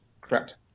Correct